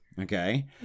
okay